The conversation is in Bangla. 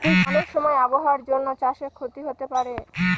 অনেক সময় আবহাওয়ার জন্য চাষে ক্ষতি হতে পারে